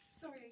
Sorry